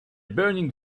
burning